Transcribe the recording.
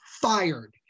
fired